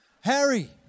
Harry